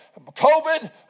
COVID